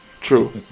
true